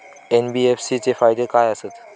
NBFC चे फायदे खाय आसत?